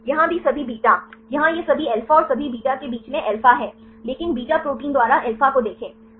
यहाँ भी सभी बीटा यहाँ यह सभी अल्फा और सभी बीटा के बीच में अल्फा है लेकिन बीटा प्रोटीन द्वारा अल्फा को देखें